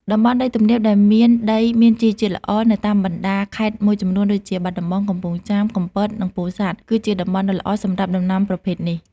តំបន់ដីទំនាបដែលមានដីមានជីជាតិល្អនៅតាមបណ្ដាខេត្តមួយចំនួនដូចជា បាត់ដំបង កំពង់ចាម កំពត និងពោធិ៍សាត់ គឺជាតំបន់ដ៏ល្អសម្រាប់ដំណាំប្រភេទនេះ។